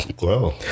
Wow